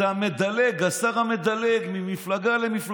הוא כבר נגע